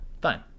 fine